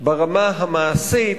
ברמה המעשית,